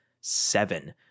seven